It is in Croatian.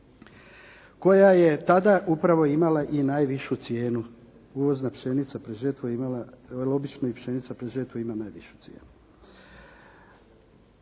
koja je tada upravo i imala najvišu cijenu. Uvozna pšenica pred žetvu je imala najvišu, obično pšenica pred žetvu ima najveću cijenu.